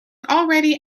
already